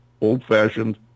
old-fashioned